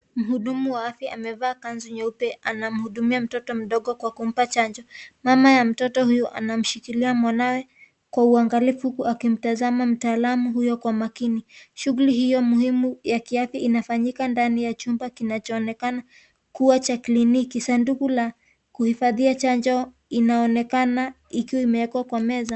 Muhudumu wa afya amevaa nguo nyeupe akimuhudumia mtoto mdogo akimpa chanjo mama ya mtoto huyu akimshikilia mwanae kwa uangalifu huku akimtazama mtaalamu huyu kwa makini shuguli hiyo muhimu ya kiafya inafanyika ndani ya chumba kinachoonekana kuwa cha kliniki sanduku la kuhifadhia chanjo inaonekana ikiwa imewekwa kwa meza.